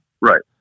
Right